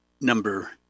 number